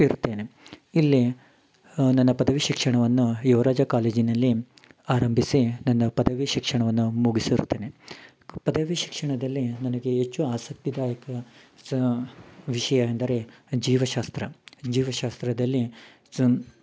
ಇರ್ತೇನೆ ಇಲ್ಲಿ ನನ್ನ ಪದವಿ ಶಿಕ್ಷಣವನ್ನು ಯುವರಾಜ ಕಾಲೇಜಿನಲ್ಲಿ ಆರಂಭಿಸಿ ನನ್ನ ಪದವಿ ಶಿಕ್ಷಣವನ್ನು ಮುಗಿಸಿರುತ್ತೇನೆ ಪದವಿ ಶಿಕ್ಷಣದಲ್ಲಿ ನನಗೆ ಹೆಚ್ಚು ಆಸಕ್ತಿದಾಯಕ ಸ ವಿಷಯ ಎಂದರೆ ಜೀವಶಾಸ್ತ್ರ ಜೀವಶಾಸ್ತ್ರದಲ್ಲಿ